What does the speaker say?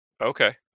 Okay